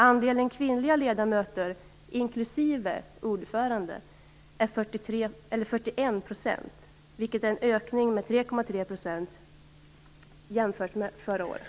Andelen kvinnliga ledamöter inklusive ordförande är 41 %, vilket är en ökning med 3,3 % jämfört med förra året.